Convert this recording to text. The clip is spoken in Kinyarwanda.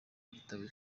igitabo